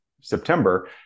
September